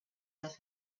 yaz